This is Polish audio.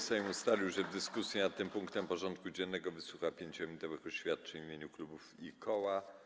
Sejm ustalił, że w dyskusji nad tym punktem porządku dziennego wysłucha 5-minutowych oświadczeń w imieniu klubów i koła.